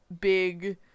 big